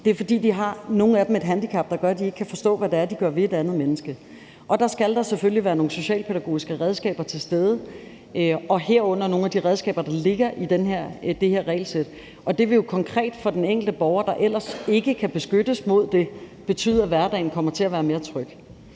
det er, fordi nogle af dem har et handicap, der gør, at de ikke kan forstå, hvad det er, de gør ved et andet menneske. Der skal der selvfølgelig være nogle socialpædagogiske redskaber, herunder nogle af de redskaber, der ligger i det her regelsæt. Og det vil jo konkret for den enkelte borger, der ellers ikke kan beskyttes mod det, betyde, at hverdagen kommer til at være mere tryg.